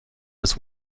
was